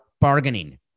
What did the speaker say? bargaining